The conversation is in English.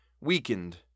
weakened